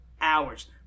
hours